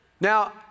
Now